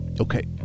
Okay